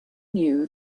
knew